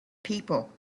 people